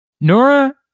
Nora